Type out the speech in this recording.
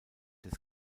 des